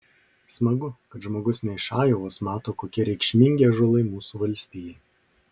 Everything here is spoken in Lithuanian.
smagu kad žmogus ne iš ajovos mato kokie reikšmingi ąžuolai mūsų valstijai